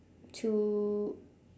to